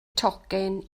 tocyn